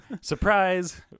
surprise